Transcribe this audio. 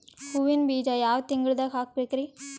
ಹೂವಿನ ಬೀಜ ಯಾವ ತಿಂಗಳ್ದಾಗ್ ಹಾಕ್ಬೇಕರಿ?